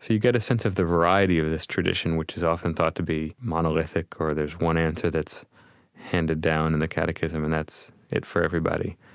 so you get a sense of the variety of this tradition, which is often thought to be monolithic or there's one answer that's handed down in the catechism, and that's it for everybody.